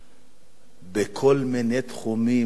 בכל מיני תחומים רגישים,